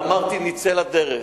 ואמרתי: נצא לדרך.